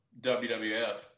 WWF